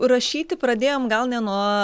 rašyti pradėjom gal ne nuo